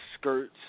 skirts